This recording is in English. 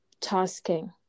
tasking